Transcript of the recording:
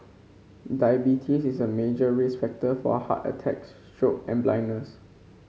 diabetes is a major risk factor for heart attacks stroke and blindness